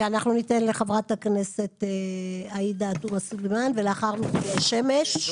אנחנו נתן לחברת הכנסת עאידה תומא סולימאן ולאחר מכן שמש.